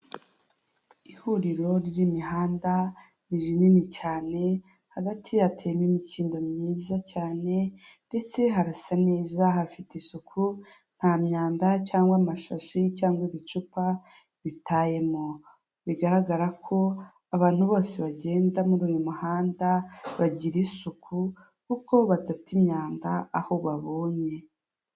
Ihuriro ry'imihanda ni rinini cyane hagati hatemo imikindo myiza cyane ndetse harasa neza hafite isuku nta myanda cyangwa amashashi cyangwa ibicupa bitayemo, bigaragara ko abantu bose bagenda muri uyu muhanda bagira isuku kuko badata imyanda aho babonye.